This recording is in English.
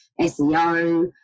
SEO